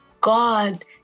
God